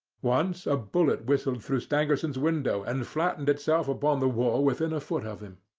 once a bullet whistled through stangerson's window and flattened itself upon the wall within a foot of him.